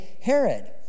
Herod